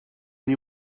nie